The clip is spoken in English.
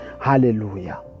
Hallelujah